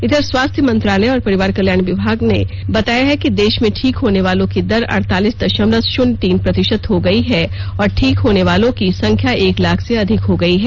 इधर स्वास्थ्य मंत्रालय और परिवार कल्याण मंत्रालय ने बताया है कि देश में ठीक होने वालों की दर अड़तालीस दशमलव शून्य तीन प्रतिशत हो गई है और ठीक होने वालों की संख्या एक लाख से अधिक हो गई है